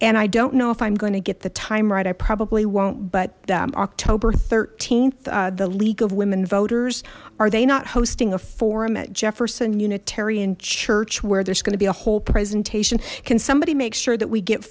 and i don't know if i'm going to get the time right i probably won't but october th the league of women voters are they not hosting a forum at jefferson unitarian church where there's going to be a whole presentation can somebody make sure that we get